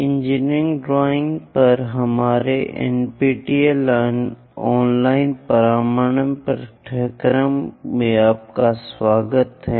engineering drawing पर हमारे NPTEL online प्रमाणन पाठ्यक्रमों में आपका स्वागत है